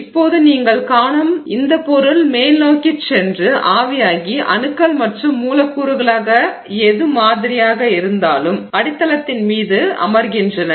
இப்போது நீங்கள் காணும் இந்தப் பொருள் மேல்நோக்கிச் சென்று ஆவியாகி அணுக்கள் மற்றும் மூலக்கூறுகளாக எது மாதிரியாக இருந்தாலும் அடித்தளத்தின் மீது அமர்கின்றன